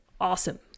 awesome